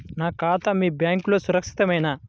నా ఖాతా మీ బ్యాంక్లో సురక్షితమేనా?